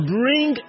bring